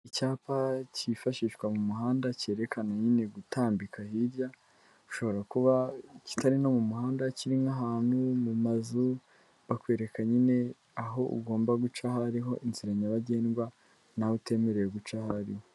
Icyapa cyifashishwa mu muhanda cyerekana nyine gutambika hirya, ushobora kuba kitari no mu muhanda kiri nk'ahantu mu mazu, bakwereka nyine aho ugomba guca aho ari ho inzira nyabagendwa naho utemerewe guca aho ari ho.